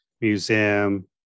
museum